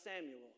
Samuel